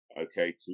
okay